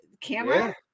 camera